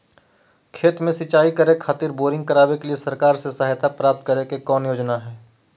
खेत में सिंचाई करे खातिर बोरिंग करावे के लिए सरकार से सहायता प्राप्त करें के कौन योजना हय?